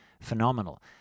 Phenomenal